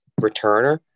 returner